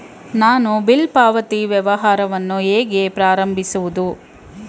ನಾನು ಬಿಲ್ ಪಾವತಿ ವ್ಯವಹಾರವನ್ನು ಹೇಗೆ ಪ್ರಾರಂಭಿಸುವುದು?